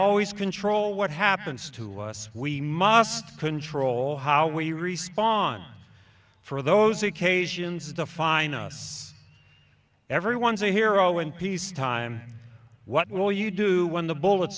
always control what happens to us we must control how we respond for those occasions define us everyone's a hero in peace time what will you do when the bullets